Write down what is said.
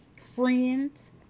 friends